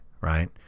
right